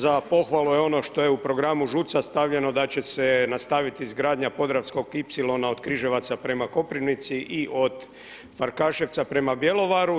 Za pohvalu je ono što je u programu ŽUC-a stavljeno da će se nastaviti izgradnja Podravskog ipsilona od Križevaca prema Koprivnici i od Farkaševca prema Bjelovaru.